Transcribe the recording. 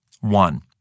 One